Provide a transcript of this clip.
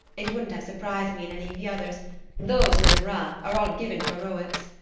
it wouldn't have surprised me in any of the others those lebruns are all given to heroics.